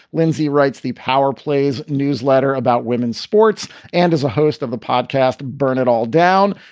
lindsay writes the powerplays newsletter about women's sports and as a host of the podcast, burn it all down.